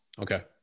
Okay